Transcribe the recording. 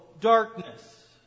darkness